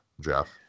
Jeff